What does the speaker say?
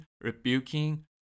rebuking